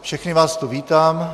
Všechny vás tu vítám.